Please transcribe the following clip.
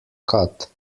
cut